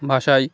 ভাষায়